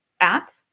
app